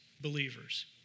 believers